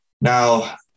Now